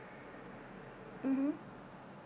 mmhmm